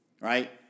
Right